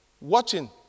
watching